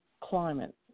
climate